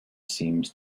seems